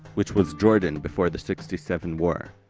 which was jordan before the sixty seven war,